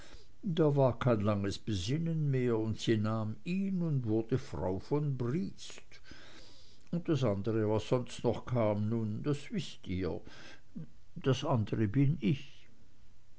da war kein langes besinnen mehr und sie nahm ihn und wurde frau von briest und das andere was sonst noch kam nun das wißt ihr das andere bin ich